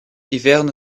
hiverne